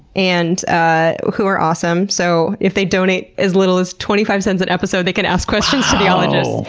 and ah who are awesome. so, if they donate as little as twenty five cents an episode they can ask questions of the ologists.